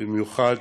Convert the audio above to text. במיוחד